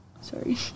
Sorry